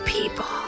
People